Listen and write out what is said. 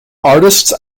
artists